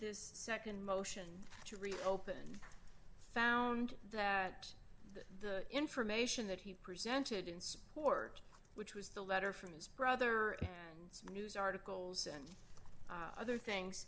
this nd motion to reopen found that the information that he presented in support which was the letter from his brother and news articles and other things